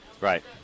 right